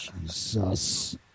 Jesus